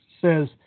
says